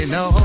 no